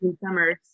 summers